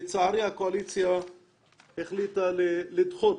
לצערי הקואליציה החליטה לדחות